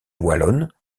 wallonne